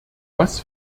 was